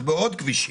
בעוד כבישים.